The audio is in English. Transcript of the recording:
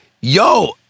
yo-